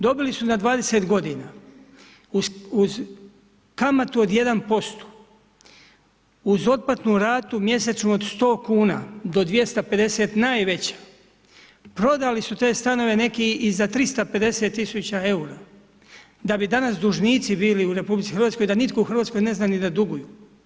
Dobili su na 20 godina uz kamatu od 1%, uz otplatnu ratu mjesečnu od 100 kuna do 250 najveća, prodali su te stanove neki i za 350 tisuća eura, da bi danas dužnici bili u RH, da nitko u RH ne zna ni da duguju.